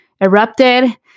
erupted